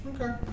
Okay